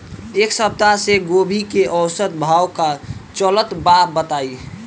एक सप्ताह से गोभी के औसत भाव का चलत बा बताई?